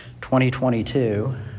2022